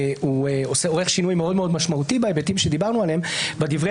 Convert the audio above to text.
יש שינויים מאוד משמעותיים בהיבטים שדיברנו עליהם בדברי